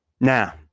Now